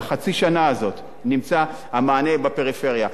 בחצי השנה הזאת נמצא המענה בפריפריה.